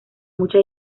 mucha